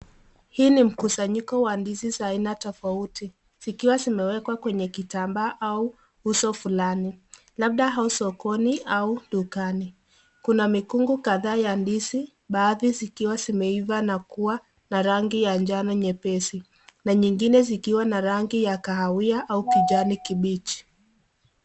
Hii ni mkusanyiko wa ndizi za aina tofauti zikiwa zimewekwa kwenye kitambaa au uso fulani labda au sokoni au dukani kuna mikungu kadhaa ya ndizi baadhi zikiwa zimeiva na kuwa na rangi ya njano nyepesi na nyingine zikiwa na rangi ya kahawia au kijani kibichi.